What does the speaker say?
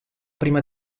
prima